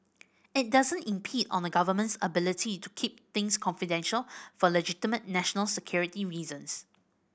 it doesn't impede on the Government's ability to keep things confidential for legitimate national security reasons